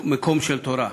מקום של תורה.